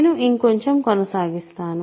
నేను ఇంకొంచెం కొనసాగిస్తాను